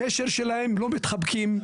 הקשר שלהם, לא מתחבקים,